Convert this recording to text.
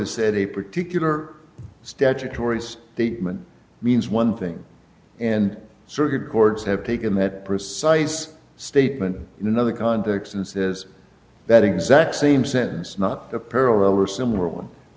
a particular statutory date men means one thing and circuit courts have taken that precise statement in another context and says that exact same sentence not